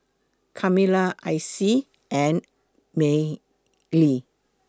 Kamilah Icy and Mylie